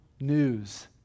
news